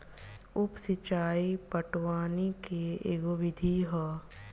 उप सिचाई पटवनी के एगो विधि ह